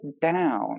down